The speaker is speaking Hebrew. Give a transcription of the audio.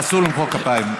אסור למחוא כפיים.